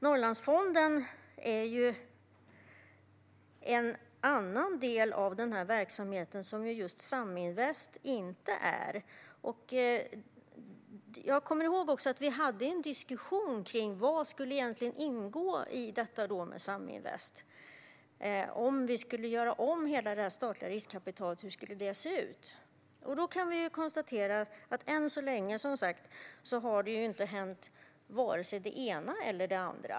Norrlandsfonden är en annan del av den här verksamheten som just Saminvest inte är, och jag kommer ihåg att vi hade en diskussion om vad som egentligen skulle ingå i Saminvest. Om vi skulle göra om hela det statliga riskkapitalet, hur skulle det se ut? Vi kan som sagt konstatera att än så länge har det inte hänt vare sig det ena eller det andra.